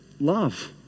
Love